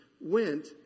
went